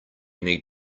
need